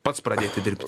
pats pradėti dirbti